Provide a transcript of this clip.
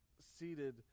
seated